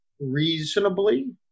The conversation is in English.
reasonably